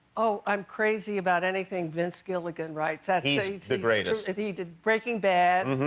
oh, i'm crazy about anything vince gilligan writes. ah he's he's the greatest. he did breaking bad,